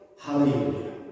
Hallelujah